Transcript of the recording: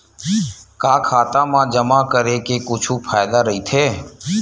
का खाता मा जमा के कुछु फ़ायदा राइथे?